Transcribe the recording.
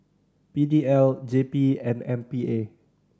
P D L J P and M P A